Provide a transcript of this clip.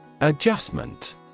Adjustment